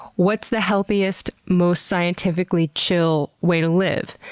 what's the healthiest, most scientifically chill way to live?